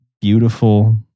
beautiful